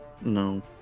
No